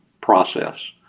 process